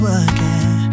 again